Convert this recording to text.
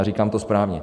Říkám to správně.